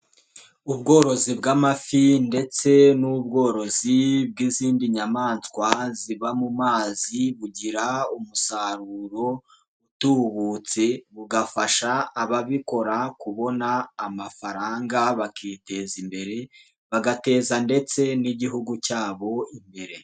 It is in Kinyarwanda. Ubworozi bw'amafi ndetse n'ubworozi bw'izindi nyamaswa ziba mu mazi bugira umusaruro utubutse bugafasha ababikora kubona amafaranga bakiteza imbere bagateza ndetse n'igihugu cyabo imbere.